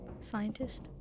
scientist